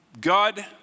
God